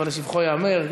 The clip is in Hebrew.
אבל לשבחו ייאמר,